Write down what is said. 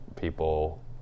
people